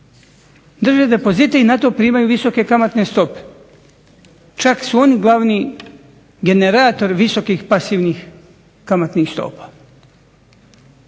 drže depozite i na to primaju visoke stope. Čak su oni glavni generatori visokih pasivnih kamatnih stopa.